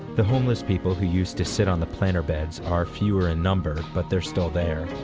the homeless people who used to sit on the planter beds are fewer in number, but they're still there.